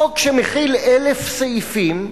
חוק שמכיל 1,000 סעיפים,